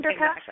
underpass